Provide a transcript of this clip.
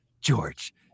george